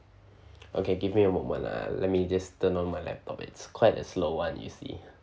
okay give me a moment ah let me just turn on my laptop it's quite a slow one you see